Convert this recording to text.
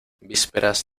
vísperas